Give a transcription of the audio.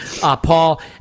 Paul